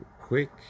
quick